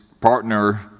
partner